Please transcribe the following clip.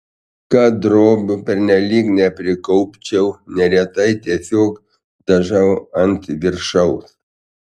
kad drobių pernelyg neprikaupčiau neretai tiesiog dažau ant viršaus